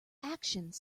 actions